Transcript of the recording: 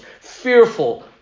fearful